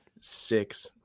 six